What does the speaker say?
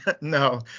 No